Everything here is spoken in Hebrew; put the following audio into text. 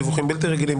דיווחים בלתי רגילים,